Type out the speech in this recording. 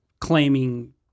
claiming